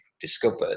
discovered